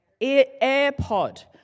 Airpod